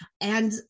And-